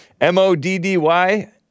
M-O-D-D-Y